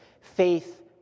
faith